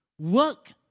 Work